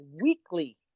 weekly